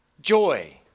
Joy